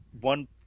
one